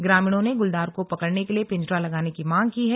ग्रामीणों ने गुलदार को पकड़ने के लिए पिंजरा लगाने की मांग की है